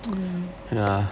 mm